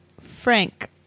Frank